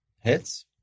Hits